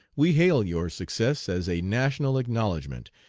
we hail your success as a national acknowledgment,